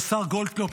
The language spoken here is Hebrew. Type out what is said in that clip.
השר גולדקנופ,